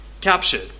captured